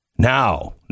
Now